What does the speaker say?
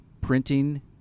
printing